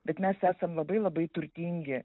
bet mes esam labai labai turtingi